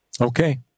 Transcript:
Okay